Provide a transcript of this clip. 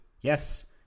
Yes